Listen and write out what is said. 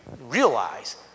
realize